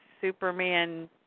Superman